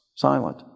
silent